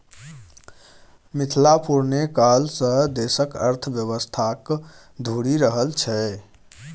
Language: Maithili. मिथिला पुरने काल सँ देशक अर्थव्यवस्थाक धूरी रहल छै